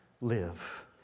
live